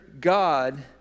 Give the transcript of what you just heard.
God